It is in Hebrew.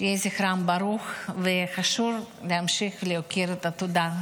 יהי זכרם ברוך, וחשוב להמשיך להכיר תודה.